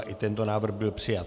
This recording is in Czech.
I tento návrh byl přijat.